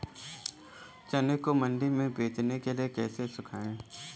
चने को मंडी में बेचने के लिए कैसे सुखाएँ?